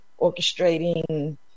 orchestrating